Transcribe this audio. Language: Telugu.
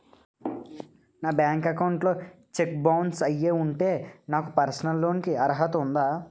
నా బ్యాంక్ అకౌంట్ లో చెక్ బౌన్స్ అయ్యి ఉంటే నాకు పర్సనల్ లోన్ కీ అర్హత ఉందా?